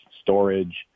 storage